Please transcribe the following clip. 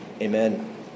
Amen